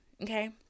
okay